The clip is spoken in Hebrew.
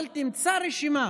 אבל תמצא רשימה